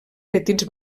petits